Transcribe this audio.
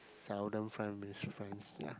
seldom with friends ya